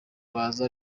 baza